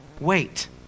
wait